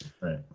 Right